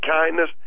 kindness